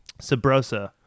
Sabrosa